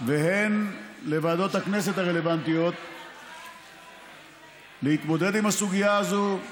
והן לוועדות הכנסת הרלוונטיות להתמודד עם הסוגיה הזאת,